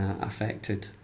affected